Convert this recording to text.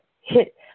hit